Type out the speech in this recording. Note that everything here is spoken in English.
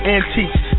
Antiques